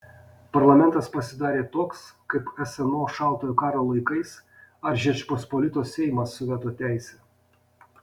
parlamentas pasidarė toks kaip sno šaltojo karo laikais ar žečpospolitos seimas su veto teise